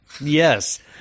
Yes